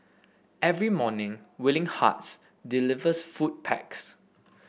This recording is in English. every morning Willing Hearts delivers food packs